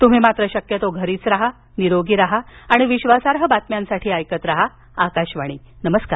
तुम्ही मात्र शक्यतो घरीच राहा निरोगी राहा आणि विश्वासार्ह बातम्यांसाठी ऐकत राहा आकाशवाणी नमस्कार